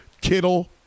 Kittle